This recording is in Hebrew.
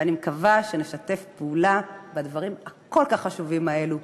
ואני מקווה שנשתף פעולה בדברים הכל-כך חשובים האלו.